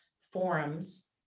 forums